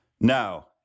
now